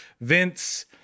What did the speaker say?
Vince